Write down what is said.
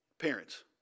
parents